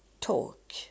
talk